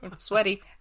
Sweaty